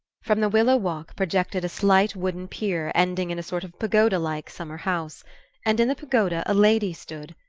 from the willow walk projected a slight wooden pier ending in a sort of pagoda-like summer-house and in the pagoda a lady stood,